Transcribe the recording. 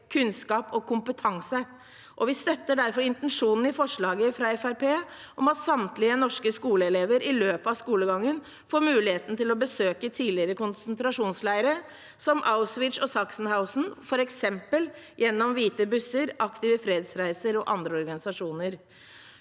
kunnskap og kompetanse. Vi støtter derfor intensjonen i forslaget fra Fremskrittspartiet om at samtlige norske skoleelever i løpet av skolegangen skal få muligheten til å besøke tidligere konsentrasjonsleirer, som Auschwitz og Sachsenhausen, f.eks. gjennom Hvite Busser, Aktive Fredsreiser og andre organisasjoner.